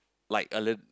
like a lit~